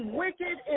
wicked